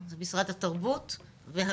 זה משרד התרבות והספורט.